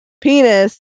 penis